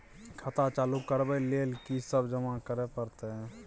खाता चालू करबै लेल की सब जमा करै परतै?